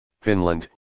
Finland